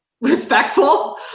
respectful